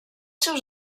seus